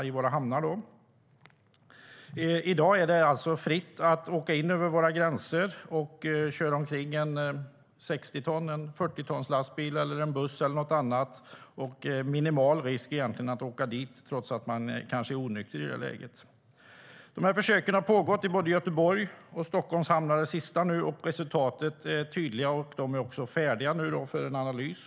I dag är det fritt att åka in över våra gränser och köra omkring i en lastbil på 60 eller 40 ton, en buss eller något annat med minimal risk att åka dit om man är onykter. Dessa försök har pågått i både Göteborgs och Stockholms hamnar. Resultaten är tydliga och färdiga för analys.